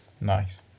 Nice